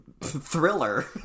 thriller